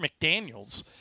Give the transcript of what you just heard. McDaniels